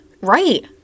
Right